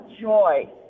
joy